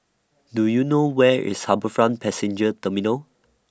Do YOU know Where IS HarbourFront Passenger Terminal